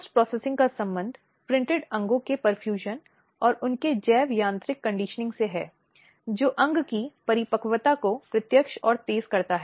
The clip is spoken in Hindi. जिससे रिश्ते के आधार पर एक व्यक्ति जो दो पक्षों के बीच मौजूद है वह है कि अपराधी और पीड़ित के बीच बलात्कार का अपराध नहीं बनता है